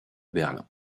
berlin